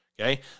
Okay